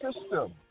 system